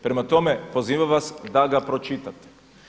Prema tome, pozivam vas da ga pročitate.